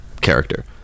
character